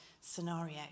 scenario